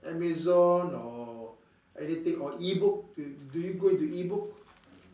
Amazon or anything or E book do do you go into E book